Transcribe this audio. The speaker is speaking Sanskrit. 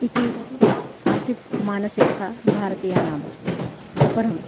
इति आसीत् मानसिकता भारतीयानां परम्